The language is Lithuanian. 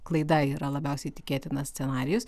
klaida yra labiausiai tikėtinas scenarijus